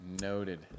noted